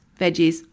veggies